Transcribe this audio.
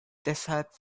deshalb